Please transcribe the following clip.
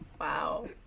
Wow